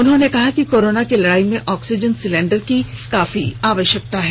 उन्होंने कहा कि कोरोना की लड़ाई में ऑक्सीजन सिलेंडर की काफी आवश्यकता है